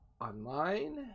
online